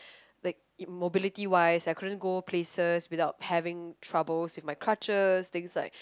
like mobility wise I couldn't go places without having trouble with my crutches things like